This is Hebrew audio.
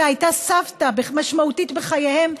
שהייתה סבתא משמעותית בחייהם,